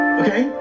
okay